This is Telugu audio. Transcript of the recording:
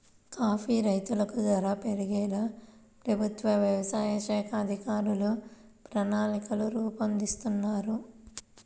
కాఫీ రైతులకు ధర పెరిగేలా ప్రభుత్వ వ్యవసాయ శాఖ అధికారులు ప్రణాళికలు రూపొందిస్తున్నారు